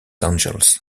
angels